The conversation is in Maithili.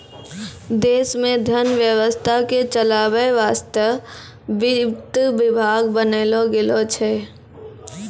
देश मे धन व्यवस्था के चलावै वासतै वित्त विभाग बनैलो गेलो छै